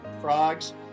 Frogs